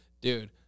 Dude